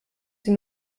sie